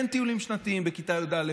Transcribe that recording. אין טיולים שנתיים בכיתה י"א,